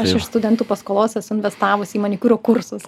aš iš studentų paskolos esu investavus į manikiūro kursus